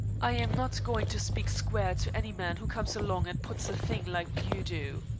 i'm not going to speak square to any man who comes along and puts a thing like you do.